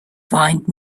find